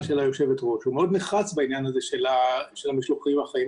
היושבת-ראש היא מאוד נחרצת בעניין המשלוחים החיים,